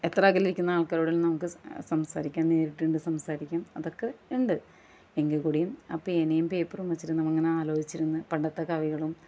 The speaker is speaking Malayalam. എത്ര അകലെ ഇരിക്കുന്ന ആൾക്കാരോടായാലും നമുക്ക് സംസാരിക്കാം നേരിട്ട് കണ്ടു സംസാരിക്കാം അതൊക്കെ ഉണ്ട് എങ്കിൽ കൂടിയും ആ പേനയും പേപ്പറും വച്ചിട്ട് നമ്മൾ ഇങ്ങനെ ആലോചിച്ച് ഇരുന്ന് പണ്ടത്തെ കവികളും